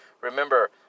remember